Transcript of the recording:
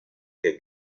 que